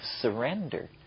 surrender